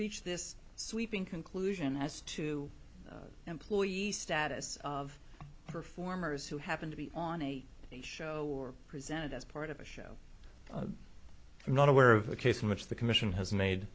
reach this sweeping conclusion as to employee status of performers who happen to be on a show or presented as part of a show i'm not aware of a case in which the commission has made